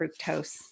fructose